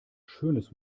schönes